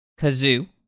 Kazoo